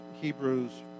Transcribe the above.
Hebrews